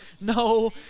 No